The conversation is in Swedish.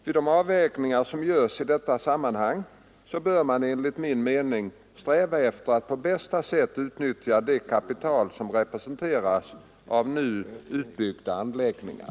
Vid de avvägningar som görs i dessa sammanhang bör man enligt min mening sträva efter att på bästa sätt utnyttja det kapital som representeras av nu utbyggda anläggningar.